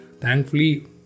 thankfully